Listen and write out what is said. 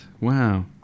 Wow